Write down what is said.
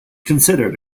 considered